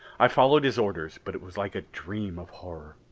i followed his orders but it was like a dream of horror.